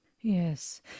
Yes